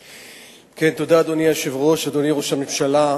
אדוני היושב-ראש, תודה, אדוני ראש הממשלה,